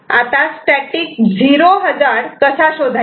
आता static 0 hazard कसा शोधायचा